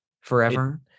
forever